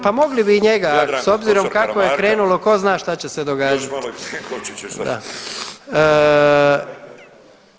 Pa mogli bi i njega, s obzirom kako je krenulo ko zna šta će se događat, da.